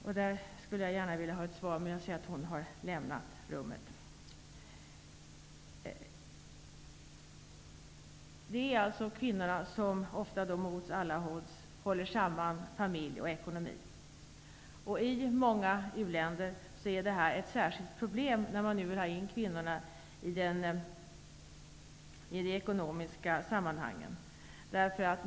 Jag skulle gärna vilja ha ett svar, men hon har lämnat kammaren. Det är kvinnorna som ofta mot alla odds håller samman familj och ekonomi. I många u-länder är detta ett särskilt problem när man vill ha in kvinnorna i de ekonomiska sammanhangen.